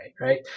right